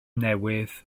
newydd